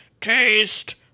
taste